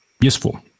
Useful